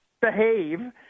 behave